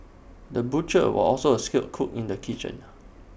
the butcher was also A skilled cook in the kitchen